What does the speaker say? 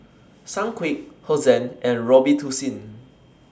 Sunquick Hosen and Robitussin